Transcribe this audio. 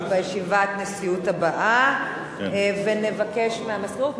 בישיבת הנשיאות הבאה ונבקש מהמזכירות.